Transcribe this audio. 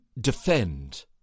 defend